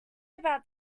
about